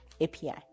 API